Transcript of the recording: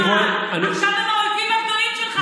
אני רואה, עכשיו הם האויבים הגדולים שלך.